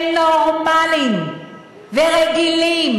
הם נורמליים ורגילים,